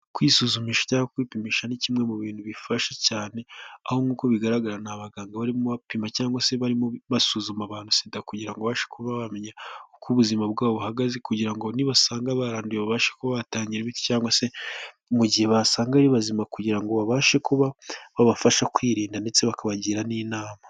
Kwisuzumisha cyangwa kwipimisha ni kimwe mu bintu bifasha cyane, aho nk'uko bigaragara ni abaganga barimo bapima cyangwa se barimo basuzuma abantu SIDA kugira ngo babashe kuba bamenya, uko ubuzima bwabo buhagaze kugira ngo nibasanga baranduye babashe kuba batangira cyangwa se mu gihe basanga ari bazima kugira ngo babashe kuba babafasha kwirinda ndetse bakabagira n'inama.